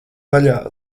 vaļā